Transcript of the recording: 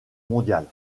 mondiale